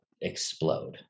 explode